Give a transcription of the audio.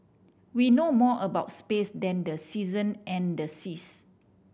we know more about space than the season and the seas